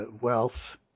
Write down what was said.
wealth